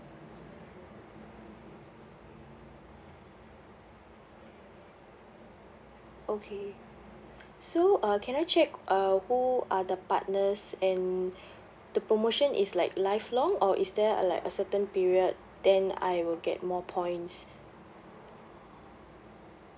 okay so uh can I check uh who are the partners and the promotion is like lifelong or is there uh like a certain period then I will get more points